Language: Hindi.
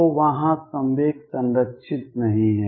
तो वहाँ संवेग संरक्षित नहीं है